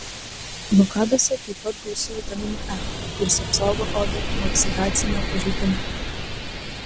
avokaduose taip pat gausu vitamino e kuris apsaugo odą nuo oksidacinio pažeidimo